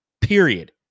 period